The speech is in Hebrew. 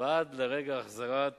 ועד לרגע החזרת